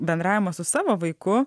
bendravimą su savo vaiku